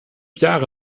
jahre